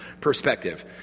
perspective